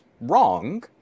wrong